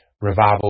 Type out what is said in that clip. revival